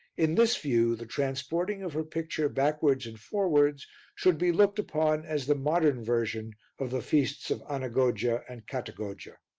in this view the transporting of her picture backwards and forwards should be looked upon as the modern version of the feasts of anagogia and catagogia.